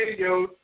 videos